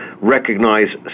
recognize